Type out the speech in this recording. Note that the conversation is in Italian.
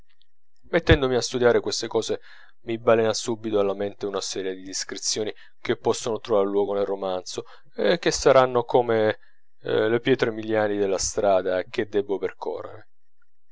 giornata mettendomi a studiare queste cose mi balena subito alla mente una serie di descrizioni che possono trovar luogo nel romanzo e che saranno come lo pietre miliari della strada che debbo percorrere